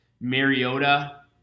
Mariota